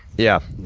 yeah.